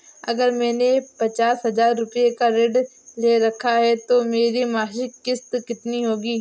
अगर मैंने पचास हज़ार रूपये का ऋण ले रखा है तो मेरी मासिक किश्त कितनी होगी?